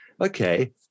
okay